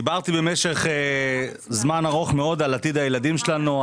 דיברתי במשך זמן ארוך מאוד על עתיד הילדים שלנו,